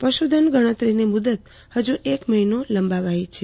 પશુધન ગણતરીની મુદત હજુ એક મહિનો લંબાવાઈ છે